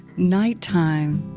nighttime